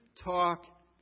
talk